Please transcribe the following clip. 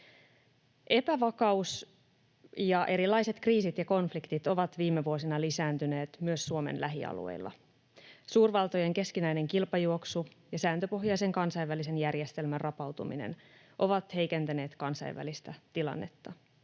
Epävakaus ja erilaiset kriisit ja konfliktit ovat viime vuosina lisääntyneet myös Suomen lähialueilla. Suurvaltojen keskinäinen kilpajuoksu ja sääntöpohjaisen kansainvälisen järjestelmän rapautuminen ovat heikentäneet kansainvälistä tilannetta.